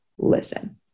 Listen